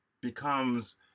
becomes